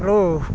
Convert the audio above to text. ହୋ